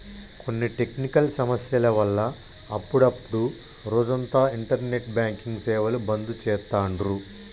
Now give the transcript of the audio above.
కొన్ని టెక్నికల్ సమస్యల వల్ల అప్పుడప్డు రోజంతా ఇంటర్నెట్ బ్యాంకింగ్ సేవలు బంద్ చేత్తాండ్రు